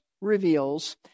reveals